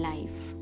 Life